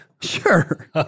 Sure